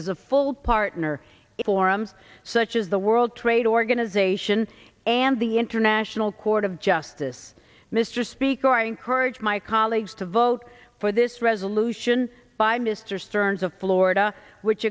as a full partner in forums such as the world trade organization and the international court of justice mr speaker i encourage my colleagues to vote for this resolution by mr stearns of florida which